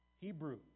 Hebrew